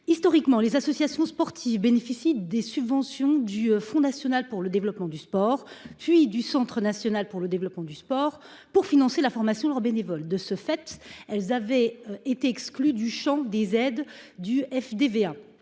Historiquement, les associations sportives bénéficiaient des subventions du Fonds national pour le développement du sport, (FNDS), devenu Centre national pour le développement du sport (CNDS), pour financer la formation de leurs bénévoles. De ce fait, elles ont été exclues du champ des aides du FDVA.